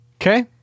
Okay